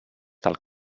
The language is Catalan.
del